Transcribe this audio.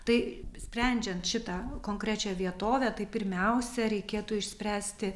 tai sprendžiant šitą konkrečią vietovę tai pirmiausia reikėtų išspręsti